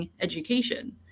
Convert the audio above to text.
education